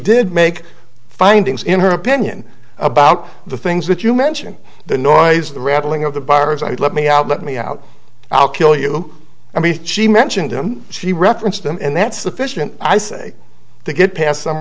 did make findings in her opinion about the things that you mention the noise the rattling of the bars i'd let me out let me out i'll kill you i mean she mentioned him she referenced them and that sufficient i say to get past some